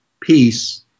peace